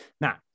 now